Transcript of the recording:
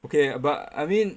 okay but I mean